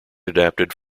adapted